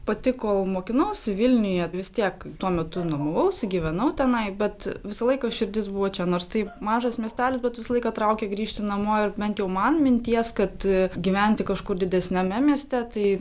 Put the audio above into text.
pati kol mokinausi vilniuje vis tiek tuo metu nuomovausi gyvenau tenai bet visą laiką širdis buvo čia nors tai mažas miestelis bet visą laiką traukė grįžti namo ar bent jau man minties kad gyventi kažkur didesniame mieste tai